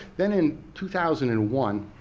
then in two thousand and one,